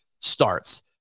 starts